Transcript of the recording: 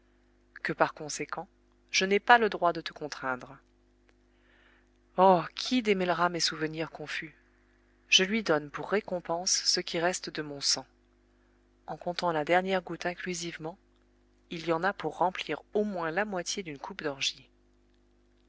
que par conséquent je n'ai pas le droit de te contraindre oh qui démêlera mes souvenirs confus je lui donne pour récompense ce qui reste de mon sang en comptant la dernière goutte inclusivement il y en a pour remplir au moins la moitié d'une coupe d'orgie